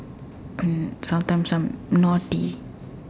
and sometimes I'm naughty